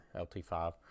LT5